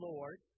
Lord